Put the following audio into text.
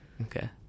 Okay